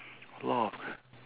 law of